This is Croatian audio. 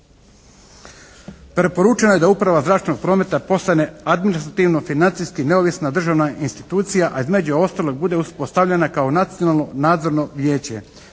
Preporučeno je da uprava zračnog prometa postane administrativno financijski neovisna državna institucija a između ostalog bude postavljena kao nacionalno nadzorno vijeće.